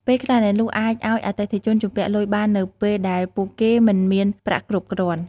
ពេលខ្លះអ្នកលក់អាចឱ្យអតិថិជនជំពាក់លុយបាននៅពេលដែលពួកគេមិនមានប្រាក់គ្រប់គ្រាន់។